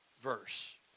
verse